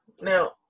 now